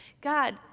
God